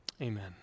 Amen